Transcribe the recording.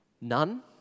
none